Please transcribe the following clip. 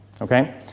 Okay